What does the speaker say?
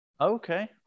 Okay